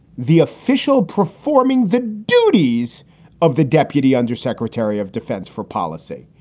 the official performing the duties of the deputy undersecretary of defense for policy.